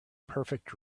perfect